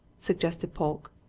suggested polke.